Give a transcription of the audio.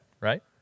right